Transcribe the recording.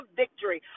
victory